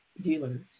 dealers